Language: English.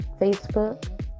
Facebook